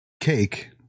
cake